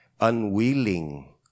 unwilling